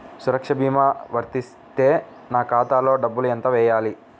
సురక్ష భీమా వర్తిస్తే నా ఖాతాలో డబ్బులు ఎంత వేయాలి?